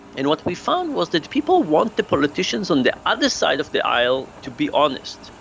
and what we found was that people want the politicians on the other side of the aisle to be honest,